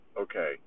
Okay